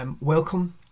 Welcome